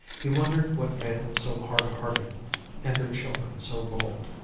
he wondered what made them so hardhearted and their children so bold.